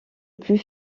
plus